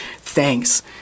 thanks